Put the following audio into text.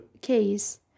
case